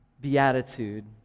beatitude